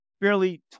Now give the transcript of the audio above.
barely